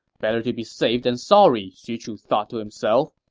better to be safe than sorry, xu chu thought to himself,